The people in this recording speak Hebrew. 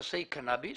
מבוססי קנאביס.